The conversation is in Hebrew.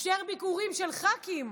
אפשר ביקורים של ח"כים,